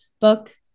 book